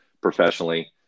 professionally